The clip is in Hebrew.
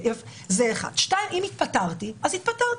אם התפטרתי, אז התפטרתי.